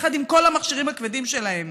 יחד עם כל המכשירים הכבדים שלהם.